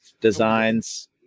designs